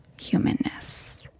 humanness